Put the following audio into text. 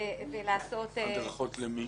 הדרכות למי?